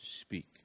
speak